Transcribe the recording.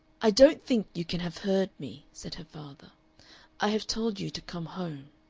i don't think you can have heard me, said her father i have told you to come home.